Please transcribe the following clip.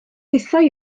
hithau